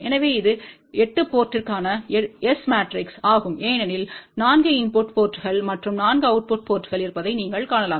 எனவே இது 8 போர்ட் திற்கான S மேட்ரிக்ஸ் ஆகும் ஏனெனில் 4 இன்புட்டு போர்ட்ங்கள் மற்றும் 4 அவுட்புட் போர்ட்ங்கள் இருப்பதை நீங்கள் காணலாம்